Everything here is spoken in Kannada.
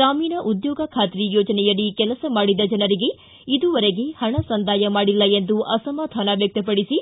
ಗ್ರಾಮೀಣ ಉದ್ಯೋಗ ಖಾತ್ರಿ ಯೋಜನೆಯಡಿ ಕೆಲಸ ಮಾಡಿದ ಜನರಿಗೆ ಇದುವರೆಗೆ ಹಣ ಸಂದಾಯ ಮಾಡಿಲ್ಲ ಎಂದು ಅಸಮಾಧಾನ ವ್ಯಕ್ತಪಡಿಸಿ